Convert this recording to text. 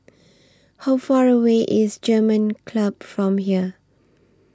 How Far away IS German Club from here